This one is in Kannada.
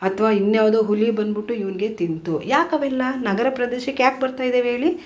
ಅಥ್ವಾ ಇನ್ಯಾವುದೋ ಹುಲಿ ಬಂದುಬಿಟ್ಟು ಇವ್ನಿಗೆ ತಿಂತು ಯಾಕೆ ಅವೆಲ್ಲ ನಗರ ಪ್ರದೇಶಕ್ಕೆ ಯಾಕೆ ಬರ್ತಾಯಿದಾವೆ ಹೇಳಿ